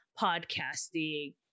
podcasting